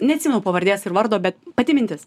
neatsimenu pavardės ir vardo bet pati mintis